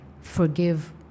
forgive